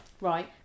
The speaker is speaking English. Right